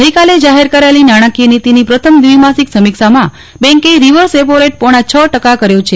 ગઈકાલે જાહેર કરાયેલી નાણાકીય નીતિની પ્રથમ દ્વિમાસિક સમીક્ષામાં બેન્કે રીવર્સ રેપોરેટ પોજ્ઞા છ ટકા કર્યો છે